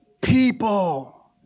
people